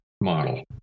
model